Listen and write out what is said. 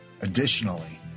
Additionally